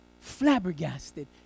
flabbergasted